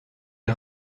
est